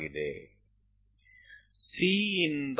C થી B F લીટી જેવુ કંઈક